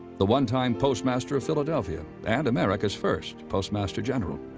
the one-time postmaster of philadelphia and america's first postmaster general,